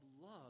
love